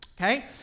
okay